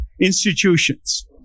institutions